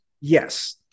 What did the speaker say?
Yes